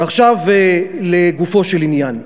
עכשיו לגופו של עניין.